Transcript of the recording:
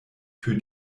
für